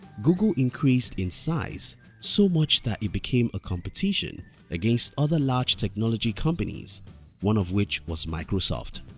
google increased in size so much that it became a competition against other large technology companies one of which was microsoft.